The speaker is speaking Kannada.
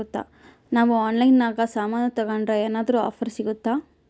ನಾವು ಆನ್ಲೈನಿನಾಗ ಸಾಮಾನು ತಗಂಡ್ರ ಏನಾದ್ರೂ ಆಫರ್ ಸಿಗುತ್ತಾ?